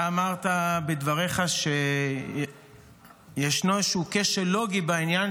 אתה אמרת בדבריך שישנו כשל לוגי בעניין